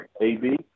AB